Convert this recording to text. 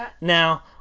Now